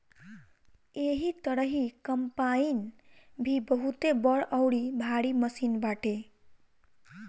एही तरही कम्पाईन भी बहुते बड़ अउरी भारी मशीन बाटे